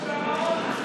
למעון?